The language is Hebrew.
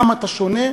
כמה אתה שונה,